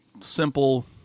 simple